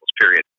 period